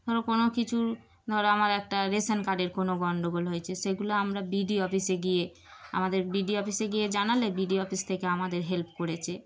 ধরো কোনো কিছুর ধরো আমার একটা রেশন কার্ডের কোনো গণ্ডগোল হয়েছে সেগুলো আমরা বি ডি ও অফিসে গিয়ে আমাদের বি ডি ও অফিসে গিয়ে জানালে বি ডি ও অফিস থেকে আমাদের হেল্প করেছে